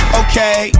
okay